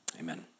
Amen